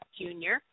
Junior